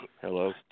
Hello